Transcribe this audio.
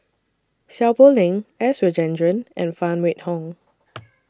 Seow Poh Leng S Rajendran and Phan Wait Hong